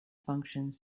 functions